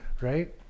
right